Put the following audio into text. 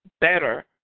better